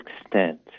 extent